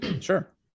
sure